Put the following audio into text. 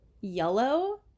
yellow